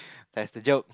pass the joke